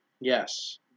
yes